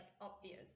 obvious